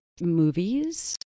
movies